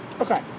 Okay